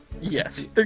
yes